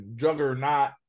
juggernaut